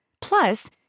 Plus